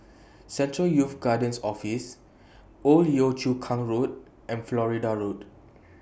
Central Youth Guidance Office Old Yio Chu Kang Road and Florida Road